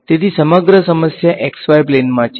તેથી સમગ્ર સમસ્યા x y પ્લેનમાં છે